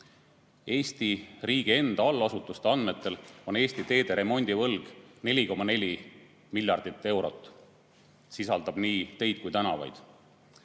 Eesti riigi enda allasutuste andmetel on Eesti teede remondivõlg 4,4 miljardit eurot. See [hõlmab] nii teid kui ka tänavaid.